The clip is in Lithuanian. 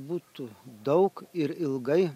būtų daug ir ilgai